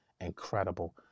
incredible